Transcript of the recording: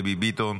דבי ביטון,